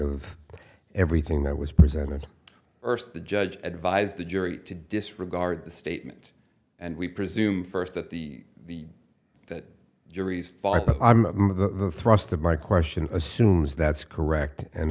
of everything that was presented erst the judge advised the jury to disregard the statement and we presume first that the that jury's five of the thrust of my question assumes that's correct and